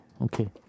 Okay